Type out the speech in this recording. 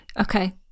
Okay